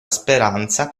speranza